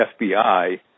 FBI